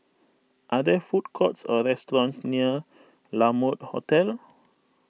are there food courts or restaurants near La Mode Hotel